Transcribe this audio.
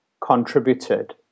contributed